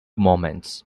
moments